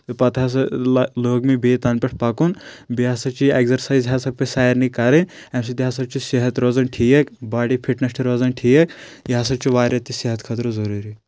پتہٕ ہسا لٲگ مےٚ بیٚیہِ تَنہٕ پؠٹھ پکُن بیٚیہِ ہسا چھِ اؠگزرسایز ہسا پیٚیہِ سارنٕے کَرٕنۍ اَمہِ سۭتۍ ہسا چھُ صحت روزان ٹھیٖک باڈی فٹنیس روزان ٹھیٖک یہِ ہسا چھُ واریاہ تہِ صحت خٲطرٕ ضروٗری